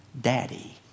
Daddy